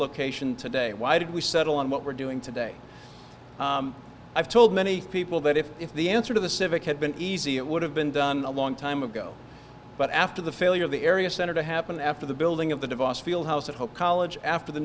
location today why did we settle on what we're doing today i've told many people that if if the answer to the civic had been easy it would have been done a long time ago but after the failure of the area center to happen after the building of the device field house at hope college after the